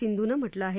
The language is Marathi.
सिंधूनं म्हटलं आहे